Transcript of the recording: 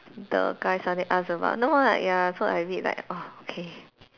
the guy suddenly ask about no ah ya so I a bit like oh okay